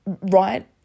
Right